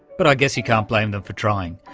but i guess you can't blame them for trying.